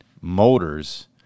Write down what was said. motors